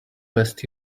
best